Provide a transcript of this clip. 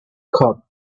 cup